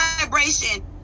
vibration